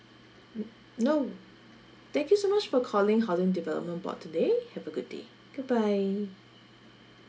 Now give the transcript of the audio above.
no thank you so much for calling housing development board today have a good day good bye